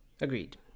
agreed